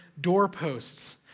doorposts